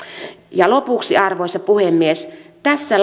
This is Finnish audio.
lopuksi arvoisa puhemies tässä